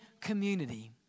community